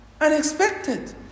unexpected